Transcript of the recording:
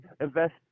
invest